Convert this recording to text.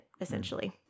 essentially